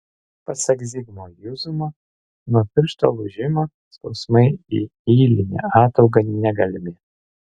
pasak zigmo juzumo nuo piršto lūžimo skausmai į ylinę ataugą negalimi